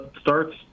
starts